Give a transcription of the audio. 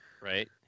right